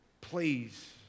Please